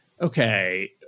okay